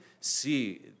see